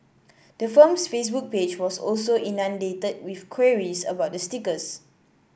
the firm's Facebook page was also inundated with queries about the stickers